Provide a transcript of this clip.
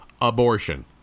abortion